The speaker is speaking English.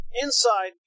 Inside